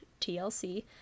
TLC